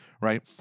right